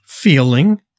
Feeling